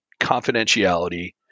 confidentiality